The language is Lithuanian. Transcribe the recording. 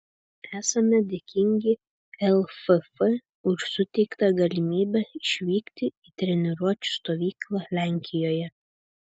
esame dėkingi lff už suteiktą galimybę išvykti į treniruočių stovyklą lenkijoje